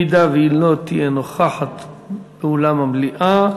אם היא לא תהיה נוכחת באולם המליאה,